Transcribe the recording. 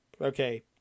Okay